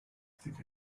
think